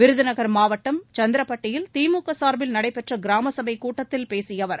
விருதுநகர் மாவட்டம் சத்திரப்பட்டியில் திமுக சார்பில் நடைபெற்ற கிராம சபைக் கூட்டத்தில் பேசிய அவர்